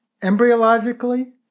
embryologically